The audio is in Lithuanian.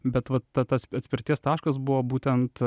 bet va ta tas atspirties taškas buvo būtent